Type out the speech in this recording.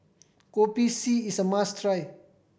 Kopi C is a must try